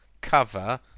cover